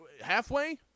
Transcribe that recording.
Halfway